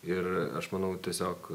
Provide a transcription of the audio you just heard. ir aš manau tiesiog